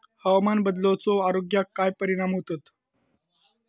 हवामान बदलाचो आरोग्याक काय परिणाम होतत?